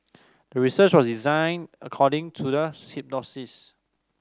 the research was designed according to the hypothesis